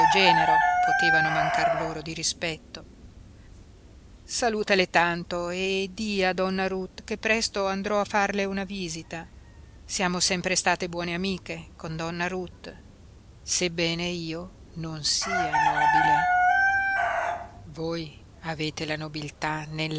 genero potevano mancar loro di rispetto salutale tanto e di a donna ruth che presto andrò a farle una visita siamo sempre state buone amiche con donna ruth sebbene io non sia nobile voi avete la nobiltà nell'anima